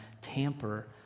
tamper